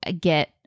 get